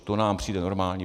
To nám přijde normální.